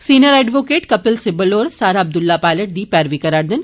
senior advocate Kapil Sibbal होर सारा अब्दुल्ला पायलट दी पैरवी करारदे न